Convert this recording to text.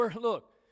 look